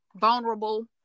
vulnerable